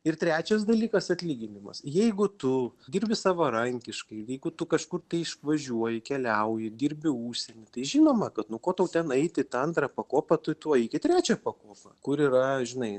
ir trečias dalykas atlyginimas jeigu tu dirbi savarankiškai jeigu tu kažkur tai išvažiuoji keliauji dirbi užsieny tai žinoma kad nu ko tau ten eiti tą antrą pakopą tai tu eik į trečią pakopą kur yra žinai